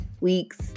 weeks